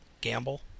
Gamble